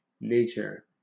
nature